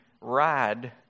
ride